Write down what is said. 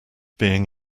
being